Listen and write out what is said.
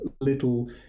little